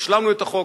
השלמנו את החוק,